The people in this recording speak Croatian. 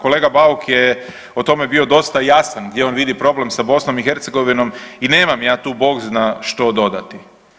Kolega Bauk je o tome bio dosta jasan gdje on vidi problem sa BiH i nemam ja tu Bog zna što dodati.